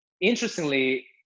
interestingly